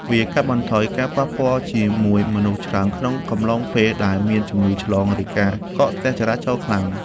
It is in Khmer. វាកាត់បន្ថយការប៉ះពាល់ជាមួយមនុស្សច្រើនក្នុងកំឡុងពេលដែលមានជំងឺឆ្លង ឬការកកស្ទះចរាចរណ៍ខ្លាំង។